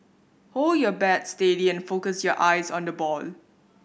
hold your bat steady and focus your eyes on the ball